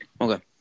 Okay